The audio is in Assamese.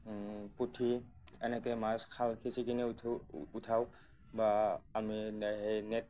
পুঠি এনেকৈ মাছ খাল সিঁচি কিনে উঠো উঠাও বা আমি এই নেট